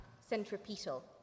centripetal